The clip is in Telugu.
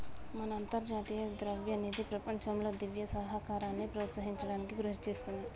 మన అంతర్జాతీయ ద్రవ్యనిధి ప్రపంచంలో దివ్య సహకారాన్ని ప్రోత్సహించడానికి కృషి చేస్తుంది